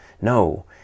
No